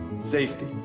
Safety